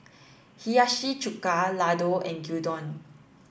Hiyashi Chuka Ladoo and Gyudon